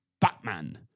Batman